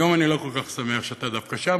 היום אני לא כל כך שמח שאתה דווקא שם,